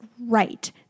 right